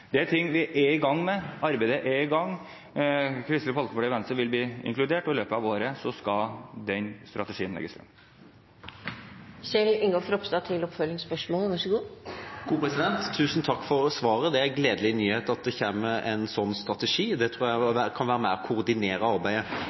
Det er ting vi er i gang med. Arbeidet er i gang. Kristelig Folkeparti og Venstre vil bli inkludert, og i løpet av året skal den strategien legges frem. Tusen takk for svaret. Det er en gledelig nyhet at det kommer en sånn strategi. Det tror jeg kan være med på å koordinere arbeidet.